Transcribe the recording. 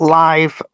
live